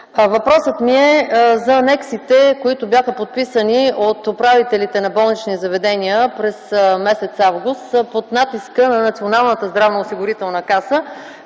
Въпросът ми е за анексите, които бяха подписани от управителите на болнични заведения през м. август под натиска на Националната здравноосигурителна каса,